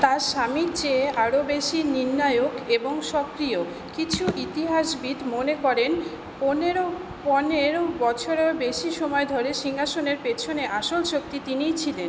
তার স্বামীর চেয়ে আরও বেশি নির্ণায়ক এবং সক্রিয় কিছু ইতিহাসবিদ মনে করেন পনেরো পনেরো বছরেরও বেশি সময় ধরে সিংহাসনের পেছনে আসল শক্তি তিনিই ছিলেন